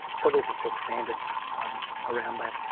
so there's a set standard around that,